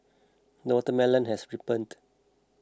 the watermelon has ripened